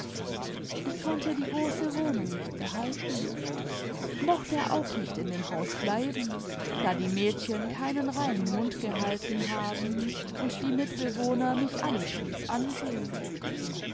ich konnte die große wohnung nicht behalten mochte auch nicht in dem haus bleiben da die mädchen keinen reinen mund gehalten haben und die mitbewohner mich alle schief ansehen